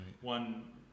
one